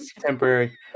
Temporary